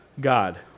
God